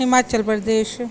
Himachal Pradesh